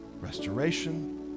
restoration